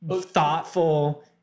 thoughtful